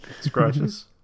Scratches